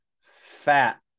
fat